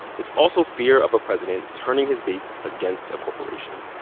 it's also fear of a president turning his base against a corporation.